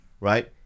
right